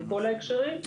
בכל ההקשרים.